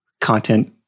content